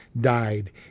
died